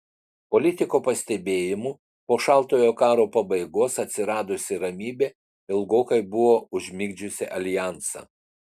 politiko pastebėjimu po šaltojo karo pabaigos atsiradusi ramybė ilgokai buvo užmigdžiusi aljansą